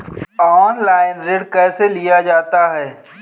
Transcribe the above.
Online ऋण कैसे लिया जाता है?